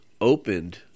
opened